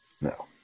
No